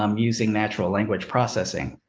um using natural language processing.